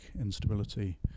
instability